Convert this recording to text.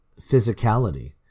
physicality